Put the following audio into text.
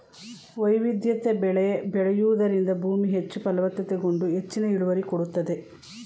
ವೈವಿಧ್ಯ ಬೆಳೆ ಬೆಳೆಯೂದರಿಂದ ಭೂಮಿ ಹೆಚ್ಚು ಫಲವತ್ತತೆಗೊಂಡು ಹೆಚ್ಚಿನ ಇಳುವರಿ ಕೊಡುತ್ತದೆ